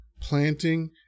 planting